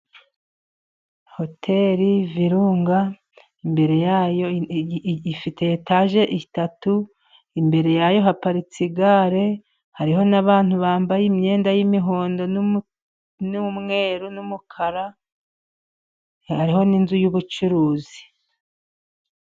Hoteli Virunga imbere yayo ifite etaje eshatu, imbere yayo haparitse igare, hariho n'abantu bambaye imyenda y'imihondo n'umweru n'umukara, hariho n'inzu y'ubucuruzi.